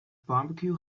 barbecue